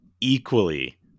equally